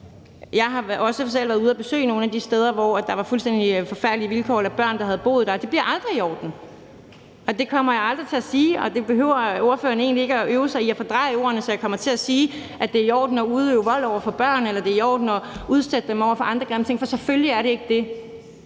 Jeg har også selv været ude at besøge nogle af de steder, hvor der var fuldstændig forfærdelige vilkår for de børn, der havde boet der. Det bliver aldrig i orden. Det kommer jeg aldrig til at sige, og ordføreren behøver egentlig ikke at øve sig i at fordreje ordene, så jeg kommer til at sige, at det er i orden at udøve vold over for børn, eller at det er i orden at udsætte dem for andre grimme ting. For selvfølgelig er det ikke det.